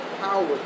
power